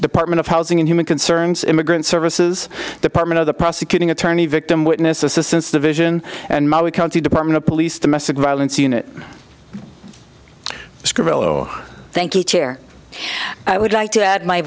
the partment of housing and human concerns immigrant services department of the prosecuting attorney victim witness assistance division and molly county department of police domestic violence unit screw or thank you chair i would like to add my